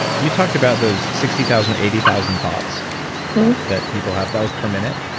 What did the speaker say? you talked about those sixty thousand or eighty thousand thoughts so that people have that was per minute?